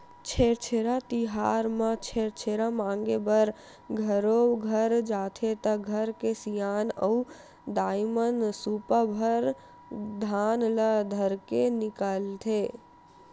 छेरछेरा तिहार म छेरछेरा मांगे बर घरो घर जाथे त घर के सियान अऊ दाईमन सुपा भर धान ल धरके निकलथे